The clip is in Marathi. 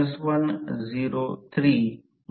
तर R2 R1k 2 आणि XE2 X2 X 1K 2 आहे